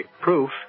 proof